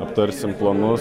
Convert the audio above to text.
aptarsim planus